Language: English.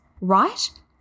right